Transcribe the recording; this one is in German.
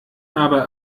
aber